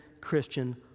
Christian